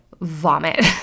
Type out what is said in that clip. vomit